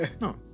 No